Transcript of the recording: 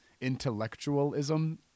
Intellectualism